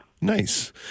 Nice